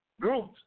Groups